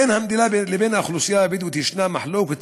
בין המדינה לבין האוכלוסייה הבדואית יש מחלוקת